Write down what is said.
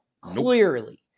clearly